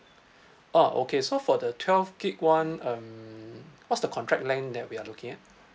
oh okay so for the twelve gig one um what's the contract length that we are looking at